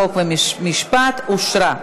חוק ומשפט אושרה.